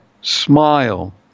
smile